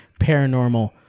paranormal